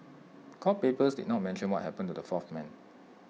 court papers did not mention what happened to the fourth man